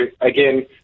again